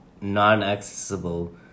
non-accessible